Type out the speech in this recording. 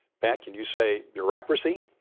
pat, can you say bureaucracy?